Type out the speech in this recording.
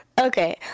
Okay